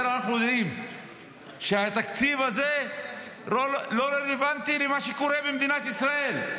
אנחנו יודעים שהתקציב הזה לא רלוונטי למה שקורה במדינת ישראל,